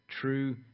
true